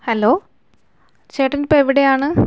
hello ചേട്ടൻ ഇപ്പോൾ എവിടെയാണ്